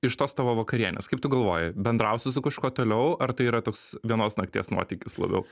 iš tos tavo vakarienės kaip tu galvoji bendrausi su kažkuo toliau ar tai yra toks vienos nakties nuotykis labiau